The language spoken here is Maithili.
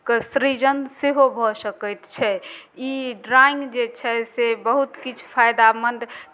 के सृजन सेहो भऽ सकैत छै ई ड्रॉइंग जे छै से बहुत किछु फायदामन्द